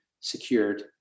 secured